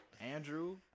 Andrew